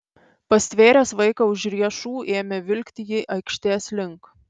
pastvėręs vaiką už riešų ėmė vilkti jį aikštės link